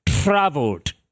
traveled